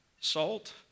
salt